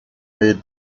made